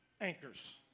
anchors